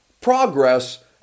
progress